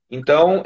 Então